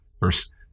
Verse